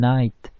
Night